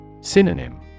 Synonym